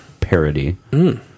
parody